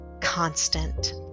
constant